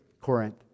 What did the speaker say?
Corinth